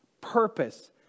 purpose